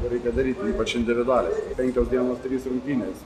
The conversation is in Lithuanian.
reikia daryti o ypač individualiai penkios dienos trys rungtynės